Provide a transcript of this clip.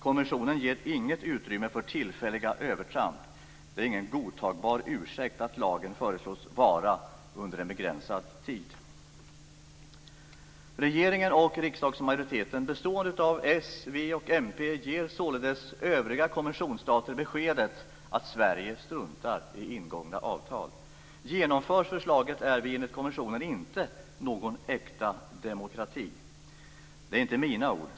Konventionen ger inget utrymme för tillfälliga övertramp. Det är ingen godtagbar ursäkt att lagen föreslås vara under en begränsad tid. Regeringen och riksdagsmajoriteten bestående av s, v och mp ger således övriga konventionsstater beskedet att Sverige struntar i ingångna avtal. Genomförs förslaget är vi enligt konventionen inte någon äkta demokrati. Det är inte mina ord.